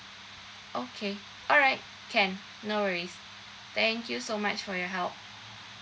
okay alright can no worries thank you so much for your help